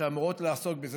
שאמורות לעסוק בזה.